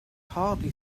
hardly